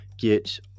get